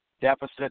deficit